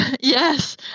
yes